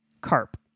Carp